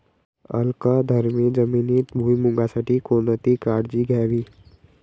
अल्कधर्मी जमिनीत भुईमूगासाठी कोणती काळजी घ्यावी?